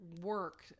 work